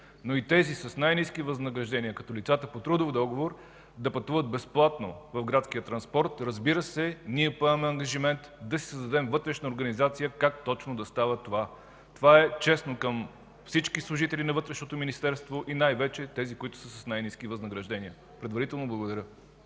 но и на тези с най-ниски възнаграждения, като лицата по трудов договор, да пътуват безплатно в градския транспорт. Разбира се, ние поемаме ангажимент да си създадем вътрешна организация как точно да става това. Това е честно към всички служители на Вътрешното министерство и най-вече към тези, които са с най-ниски възнаграждения. Предварително благодаря.